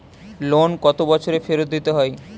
Loan কত বছরে ফেরত দিতে হয়?